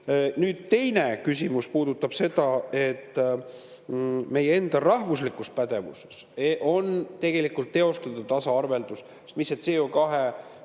Nüüd, teine küsimus puudutab seda, et meie enda [riigi] pädevuses on tegelikult teostatud tasaarveldus, sest mis